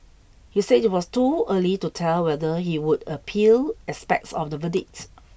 he said it was too early to tell whether he would appeal aspects of the verdict